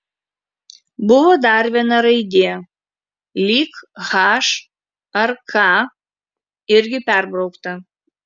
buvo dar viena raidė lyg h ar k irgi perbraukta